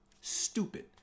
Stupid